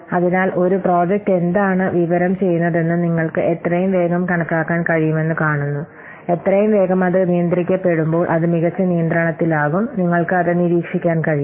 അതിനാൽ ഒരു പ്രോജക്റ്റ് എന്താണ് വിതരണം ചെയ്യുന്നതെന്ന് നിങ്ങൾക്ക് എത്രയും വേഗം കണക്കാക്കാൻ കഴിയുമെന്ന് കാണുന്നു എത്രയും വേഗം അത് നിയന്ത്രിക്കപ്പെടുമ്പോൾ അത് മികച്ച നിയന്ത്രണത്തിലാകും നിങ്ങൾക്ക് അത് നിരീക്ഷിക്കാൻ കഴിയും